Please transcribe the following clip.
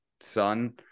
son